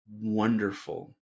wonderful